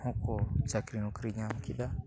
ᱦᱚᱸᱠᱚ ᱪᱟᱹᱠᱨᱤ ᱱᱚᱠᱨᱤ ᱧᱟᱢ ᱠᱮᱫᱟ